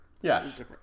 Yes